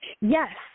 Yes